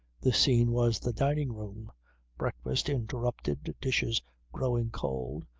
the scene was the dining-room breakfast interrupted, dishes growing cold,